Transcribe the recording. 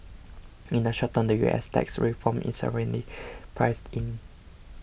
in the short term the U S tax reform is already priced in